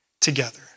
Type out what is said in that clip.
together